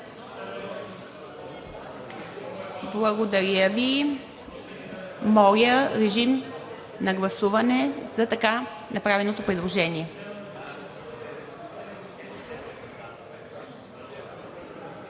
Благодаря Ви. Моля, режим на гласуване за така направеното предложение.